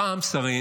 פעם שרים